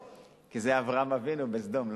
כי זה אברהם אבינו בסדום,